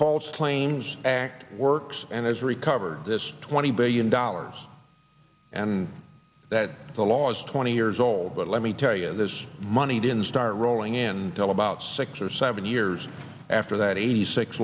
false claims act works and has recovered this twenty billion dollars and that the last twenty years old but let me tell you this money didn't start rolling in till about six or seven years after that eighty six